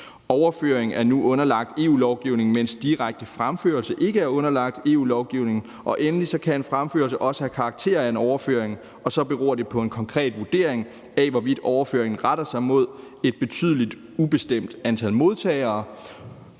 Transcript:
overføring er nu underlagt EU-lovgivningen, mens en direkte fremførelse ikke er underlagt EU-lovgivningen, og endelig kan en fremførelse også have karakter af en overføring, hvor det så beror på en konkret vurdering af, hvorvidt overføringen retter sig mod et betydeligt ubestemt antal modtagere,